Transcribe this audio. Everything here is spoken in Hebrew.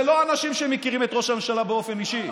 לא אנשים שמכירים את ראש הממשלה באופן אישי.